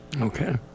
Okay